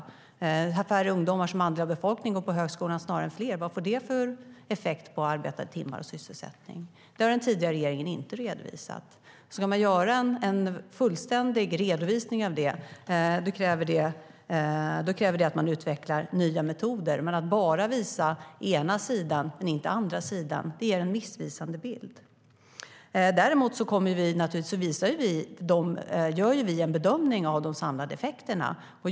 Vi har färre, snarare än fler, ungdomar som andel av befolkningen som går på högskolan. Vad får det för effekt på arbetade timmar och sysselsättning? Det har den tidigare regeringen inte redovisat. Om man ska göra en fullständig redovisning av detta kräver det att man utvecklar nya metoder. Men att bara visa den ena sidan och inte den andra ger en missvisande bild. Däremot gör vi naturligtvis en bedömning av de samlade effekterna.